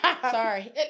sorry